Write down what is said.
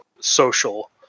social